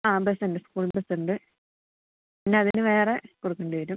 ആ ബസ്സുണ്ട് സ്കൂൾ ബസ്സുണ്ട് പിന്നെയതിന് വേറെ കൊടുക്കേണ്ടി വരും